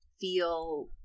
feel